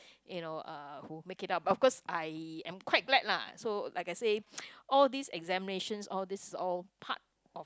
you know uh who make it up of course I am quite glad lah so like I say all this examinations all this all part of